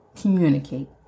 communicate